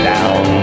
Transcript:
Down